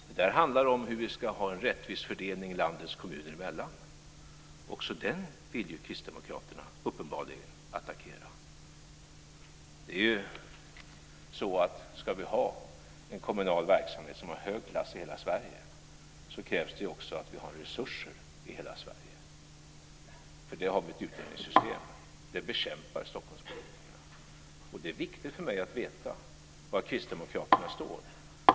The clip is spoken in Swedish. Det här handlar om hur vi ska få en rättvis fördelning landets kommuner emellan, men också den vill ju Kristdemokraterna uppenbarligen attackera. Ska vi ha en kommunal verksamhet som har hög klass i hela Sverige så krävs det också att vi har resurser i hela Sverige. För det har vi en utjämningssystem, men det bekämpar Stockholmspolitikerna. Det är viktigt för mig att veta var Kristdemokraterna står.